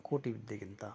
ಕೋಟಿ ವಿದ್ಯೆಗಿಂತ